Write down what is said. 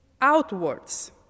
outwards